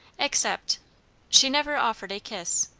except she never offered a kiss,